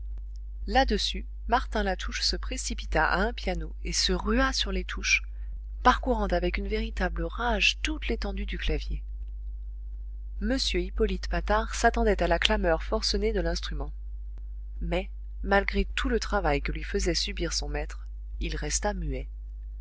là-dessus martin latouche se précipita à un piano et se rua sur les touches parcourant avec une véritable rage toute l'étendue du clavier m hippolyte patard s'attendait à la clameur forcenée de l'instrument mais malgré tout le travail que lui faisait subir son maître il resta muet